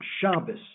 Shabbos